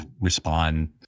respond